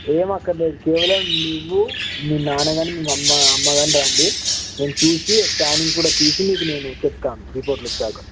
ఏం అక్కర్లేదు కేవలం నువ్వు మీ నాన్న గానీ మీ మమ్మ అమ్మ గానీ రండి నేను చూసి స్క్యానింగ్ కూడా తీసి మీకు నేను చెప్తాను రిపోర్టులు వచ్చాక